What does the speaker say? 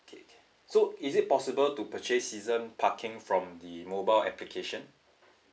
okay so is it possible to purchase season parking from the mobile application